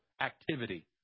activity